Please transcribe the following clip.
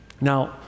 Now